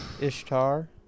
Ishtar